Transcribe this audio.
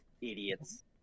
Idiots